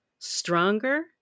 stronger